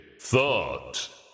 thought